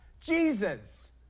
Jesus